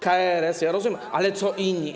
KRS, ja rozumiem, ale co inni?